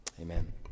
Amen